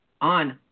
on